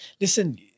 Listen